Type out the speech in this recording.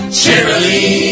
cheerily